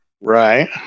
Right